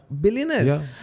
Billionaires